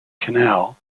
canal